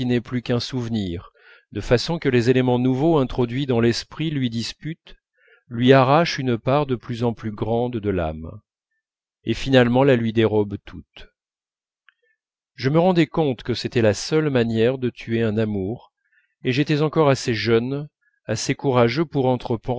plus qu'un souvenir de façon que les éléments nouveaux introduits dans l'esprit lui disputent lui arrachent une part de plus en plus grande de l'âme et finalement la lui dérobent toute je me rendais compte que c'était la seule manière de tuer un amour et j'étais encore assez jeune assez courageux pour